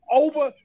over